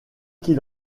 qu’il